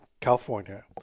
California